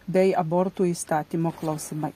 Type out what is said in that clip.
bei abortų įstatymo klausimai